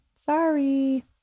sorry